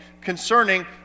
concerning